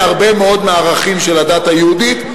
הרבה מאוד מהערכים של הדת היהודית,